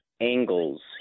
angles